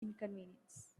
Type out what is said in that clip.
inconvenience